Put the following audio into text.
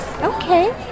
Okay